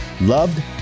Loved